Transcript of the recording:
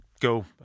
go